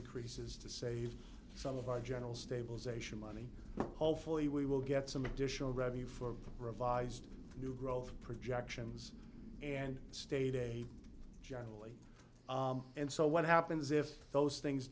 increases to save some of our general stabilization money hopefully we will get some additional revenue for the revised new growth projections and state a generally and so what happens if those things